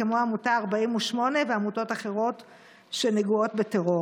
כמו עמותה 48 ועמותות אחרות שנגועות בטרור.